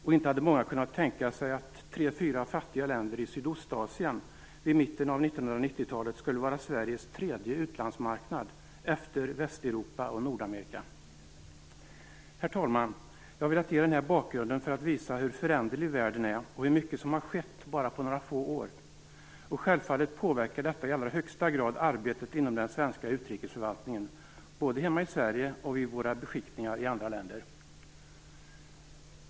Och inte hade många kunnat tänka sig att tre fyra fattiga länder i Sydostasien vid mitten av 1990-talet skulle vara Sveriges tredje största utlandsmarknad efter Västeuropa och Nordamerika. Herr talman! Jag har velat ge denna bakgrund för att visa hur föränderlig världen är och hur mycket som har skett bara på några få år. Självfallet påverkar detta i allra högsta grad arbetet inom den svenska utrikesförvaltningen, både hemma i Sverige och vid våra beskickningar i andra länder.